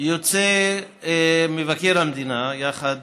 יוצא מבקר המדינה יחד